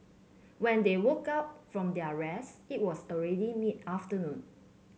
when they woke up from their rest it was already mid afternoon